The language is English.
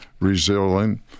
resilient